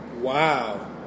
Wow